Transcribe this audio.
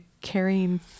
carrying